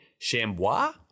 Chambois